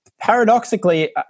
Paradoxically